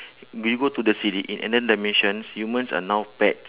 did you go to the silly in another dimension humans are now pets